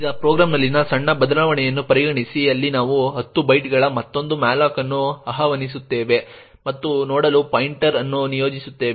ಈಗ ಪ್ರೋಗ್ರಾಂನಲ್ಲಿನ ಸಣ್ಣ ಬದಲಾವಣೆಯನ್ನು ಪರಿಗಣಿಸಿ ಅಲ್ಲಿ ನಾವು 10 ಬೈಟ್ಗಳ ಮತ್ತೊಂದು malloc ಅನ್ನು ಆಹ್ವಾನಿಸುತ್ತೇವೆ ಮತ್ತು ನೋಡಲು ಪಾಯಿಂಟರ್ ಅನ್ನು ನಿಯೋಜಿಸುತ್ತೇವೆ